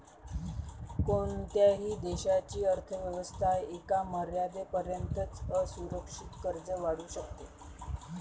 कोणत्याही देशाची अर्थ व्यवस्था एका मर्यादेपर्यंतच असुरक्षित कर्ज वाढवू शकते